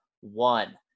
one